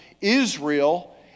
Israel